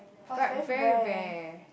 but it's very rare